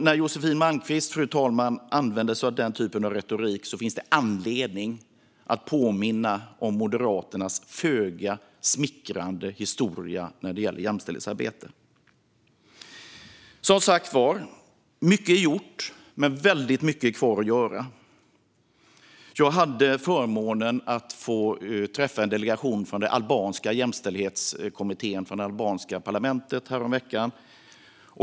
När Josefin Malmqvist, fru talman, använder sig av den typen av retorik finns det anledning att påminna om Moderaternas föga smickrande historia när det gäller jämställdhetsarbete. Som sagt är mycket gjort, men väldigt mycket är kvar att göra. Jag hade förmånen att få träffa en delegation från jämställdhetskommittén från det albanska parlamentet häromveckan.